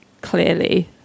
clearly